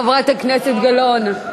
חברת הכנסת גלאון.